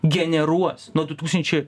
generuos nuo du tūkstančiai